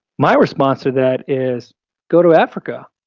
my response to that is go to africa,